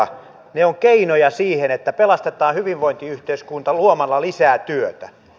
ne ovat keinoja siihen että pelastetaan hyvinvointiyhteiskunta luomalla lisää työtä